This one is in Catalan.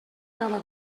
cada